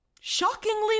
shockingly